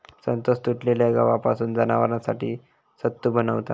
संतोष तुटलेल्या गव्हापासून जनावरांसाठी सत्तू बनवता